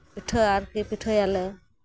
ᱯᱤᱴᱷᱟᱹ ᱟᱨᱠᱤ ᱯᱤᱴᱷᱟᱹᱭᱟᱞᱮ